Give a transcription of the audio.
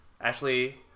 ashley